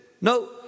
No